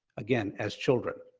again, as children.